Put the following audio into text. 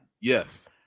Yes